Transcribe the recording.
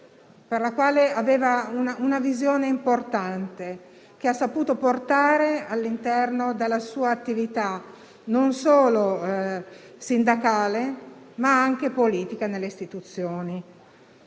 per la quale aveva una visione importante, che ha saputo portare all'interno della sua attività, non solo sindacale, ma anche politica e nelle istituzioni.